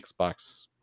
Xbox